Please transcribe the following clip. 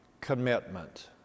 commitment